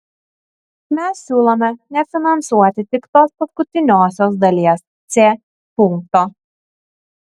mes siūlome nefinansuoti tik tos paskutiniosios dalies c punkto